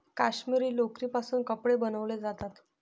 काश्मिरी लोकरीपासून कपडे बनवले जातात